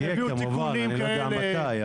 יהיה כמובן, אני לא יודע מתי.